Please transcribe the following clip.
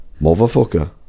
Motherfucker